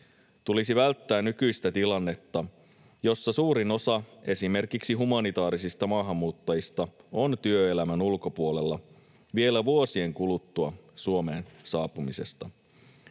Tulisi välttää nykyistä tilannetta, jossa suurin osa esimerkiksi humanitaarisista maahanmuuttajista on työelämän ulkopuolella vielä vuosien kuluttua Suomeen saapumisesta.